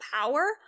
power